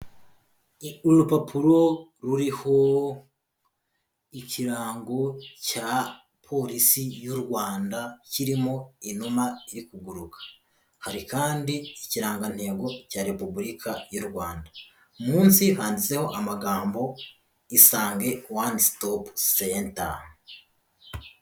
Urupapuro ruriho ikirango cya polisi y'u Rwanda kirimo inuma iri kuguruka, hari kandi ikirangantego cya Repubulika y'u Rwanda, munsi handitseho amagambo Isange One Stop Centre.